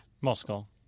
Moscow